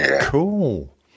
cool